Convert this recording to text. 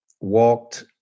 walked